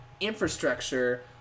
infrastructure